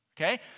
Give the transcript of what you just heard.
Okay